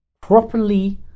properly